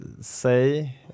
say